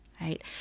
Right